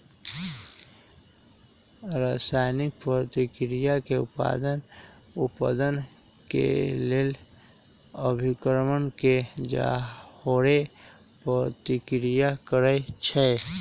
रसायनिक प्रतिक्रिया में उत्पाद उत्पन्न केलेल अभिक्रमक के जओरे प्रतिक्रिया करै छै